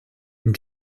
une